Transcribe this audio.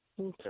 Okay